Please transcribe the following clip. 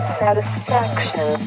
satisfaction